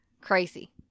Crazy